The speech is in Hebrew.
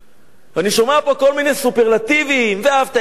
ואני שומע פה כל מיני סופרלטיבים: ואהבת את הגר,